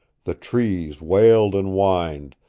the trees wailed and whined,